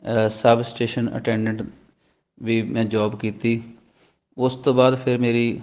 ਸਬ station attendant ਵੀ ਮੈਂ job ਕੀਤੀ ਉਸ ਤੋਂ ਬਾਅਦ ਫਿਰ ਮੇਰੀ